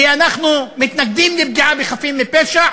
כי אנחנו מתנגדים לפגיעה בחפים מפשע.